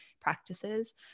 practices